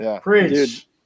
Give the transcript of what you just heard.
Preach